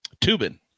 Tubin